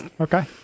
Okay